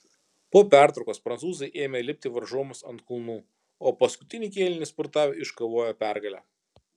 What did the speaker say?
po pertraukos prancūzai ėmė lipti varžovams ant kulnų o paskutinį kėlinį spurtavę iškovojo pergalę